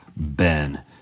Ben